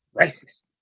racist